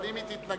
אבל אם היא תתנגד,